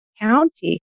county